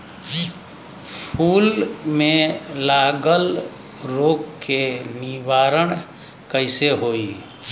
फूल में लागल रोग के निवारण कैसे होयी?